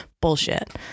bullshit